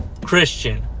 Christian